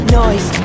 noise